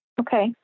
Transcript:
Okay